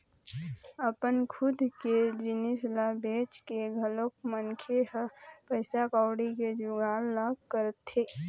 अपन खुद के जिनिस ल बेंच के घलोक मनखे ह पइसा कउड़ी के जुगाड़ ल करथे